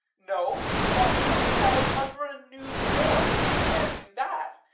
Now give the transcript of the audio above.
no, but we must have it under a new form. if we can't do that,